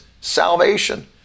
salvation